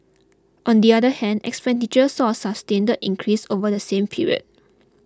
on the other hand expenditure saw a sustained increase over the same period